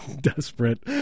Desperate